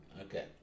Okay